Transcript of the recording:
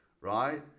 right